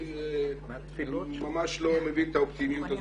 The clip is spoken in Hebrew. אני ממש לא מבין את האופטימיות.